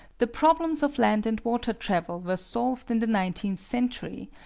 the problems of land and water travel were solved in the nineteenth century,